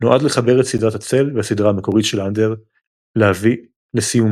נועד לחבר את "סדרת הצל" והסדרה המקורית של אנדר להביא לסיומן.